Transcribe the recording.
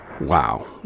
Wow